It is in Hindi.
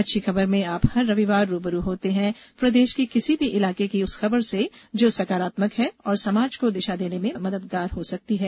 अच्छी खबर में आप हर रविवार रू ब रू होते हैं प्रदेश के किसी भी इलाके की उस खबर से जो सकारात्मक है और समाज को दिशा देने में मददगार हो सकती है